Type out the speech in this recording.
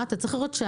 הזכרת את